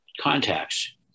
contacts